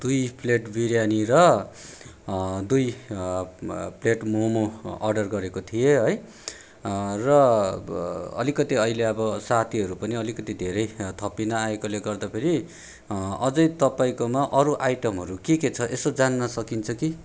दुई प्लेट बिरयानी र दुई प्लेट मोमो अर्डर गरेको थिएँ है र अब अलिकति अहिले अब साथीहरू पनि अलिकति धेरै थपिन आएकोले गर्दाखेरि अझै तपाईँकोमा अरू आइटमहरू के के छ यसो जान्न सकिन्छ कि